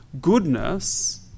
goodness